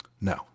no